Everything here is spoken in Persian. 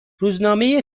روزنامه